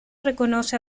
reconoce